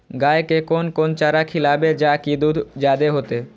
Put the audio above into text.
गाय के कोन कोन चारा खिलाबे जा की दूध जादे होते?